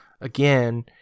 again